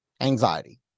Anxiety